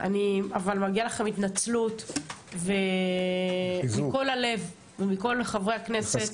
אבל מגיעה לכם התנצלות מכל הלב ומכל חברי הכנסת.